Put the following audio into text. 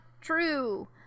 true